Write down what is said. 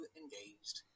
engaged